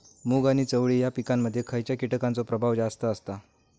मूग आणि चवळी या पिकांमध्ये खैयच्या कीटकांचो प्रभाव जास्त असता?